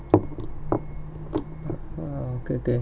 ah okay okay